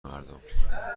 مردم